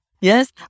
Yes